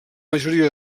majoria